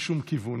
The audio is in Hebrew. משום כיוון.